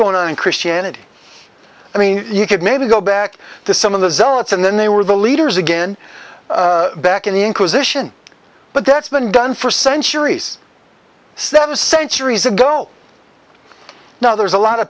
going on in christianity i mean you could maybe go back to some of the zealots and then they were the leaders again back in the inquisition but that's been done for centuries seven centuries ago now there's a lot of